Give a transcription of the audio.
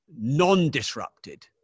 non-disrupted